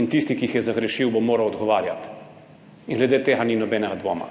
In tisti, ki jih je zagrešil, bo moral odgovarjati. In glede tega ni nobenega dvoma.